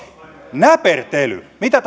näpertely mitä